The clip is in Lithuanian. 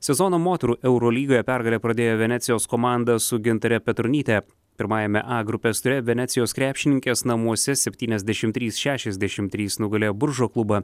sezono moterų eurolygoje pergale pradėjo venecijos komanda su gintare petronyte pirmajame a grupės ture venecijos krepšininkės namuose septyniasdešimt trys šešiasdešimt trys nugalėjo buržo klubą